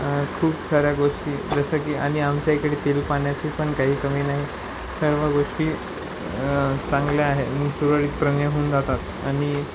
खूप साऱ्या गोष्टी जसं की आणि आमच्या इकडे तेलपाण्याची पण काही कमी नाही सर्व गोष्टी चांगल्या आहेत आणि सुरळीतपणे होऊन जातात आणि